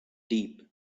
deep